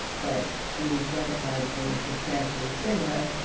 but you don't like the substantially similar.